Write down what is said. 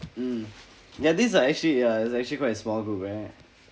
mm ya this uh actually uh it's actually quite a small group right